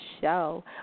show